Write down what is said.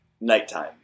nighttime